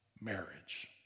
marriage